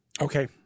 Okay